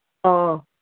ꯑꯥꯎ